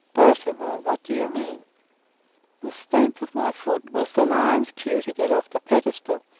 baltimore, what do you mean the stamp of my foot was the lion's cue to get off the pedestal,